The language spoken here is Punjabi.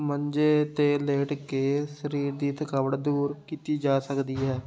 ਮੰਜੇ 'ਤੇ ਲੇਟ ਕੇ ਸਰੀਰ ਦੀ ਥਕਾਵਟ ਦੂਰ ਕੀਤੀ ਜਾ ਸਕਦੀ ਹੈ